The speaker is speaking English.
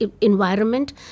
environment